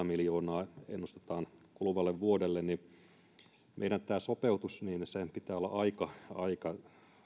miljoonaa niin kuin ennustetaan kuluvalle vuodelle niin tämän sopeutuksen pitää olla aika aika